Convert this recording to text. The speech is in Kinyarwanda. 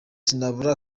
sinabura